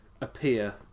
appear